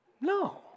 No